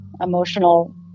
emotional